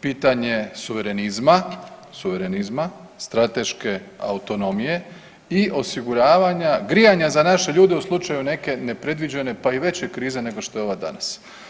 pitanje suverenizma, suverenizma, strateške autonomije i osiguravanja grijanja za naše ljude u slučaju neke nepredviđene pa i veće krize nego što je ova danas.